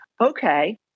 okay